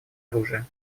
оружия